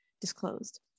disclosed